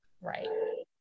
Right